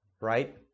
right